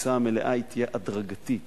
הכניסה המלאה תהיה הדרגתית.